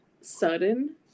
sudden